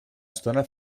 estona